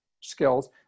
skills